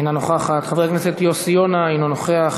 אינה נוכחת, חבר הכנסת יוסי יונה, אינו נוכח,